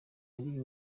yari